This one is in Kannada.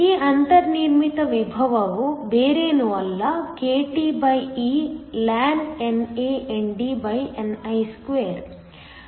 ಈ ಅಂತರ್ನಿರ್ಮಿತ ವಿಭವವು ಬೇರೇನೂ ಅಲ್ಲ kTeln NANDni2